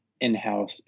in-house